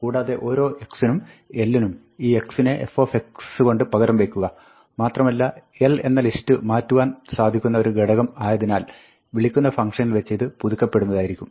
കൂടാതെ ഓരോ x നും l നും ഈ x നെ f കൊണ്ട് പകരം വെയ്ക്കുക മാത്രമല്ല l എന്ന ലിസ്റ്റ് മാറ്റുവാൻ സാധിക്കുന്ന ഒരു ഘടകം ആയതിനാൽ വിളിക്കുന്ന ഫംങ്ക്ഷനിൽ വെച്ച് ഇത് പുതുക്കപ്പെടുന്നതായിരിക്കും